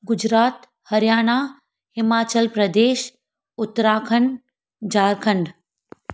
Gujarat Haryana Himachal Pradesh Uttarakhand Jharkhand